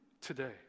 today